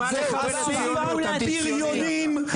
והבריונים,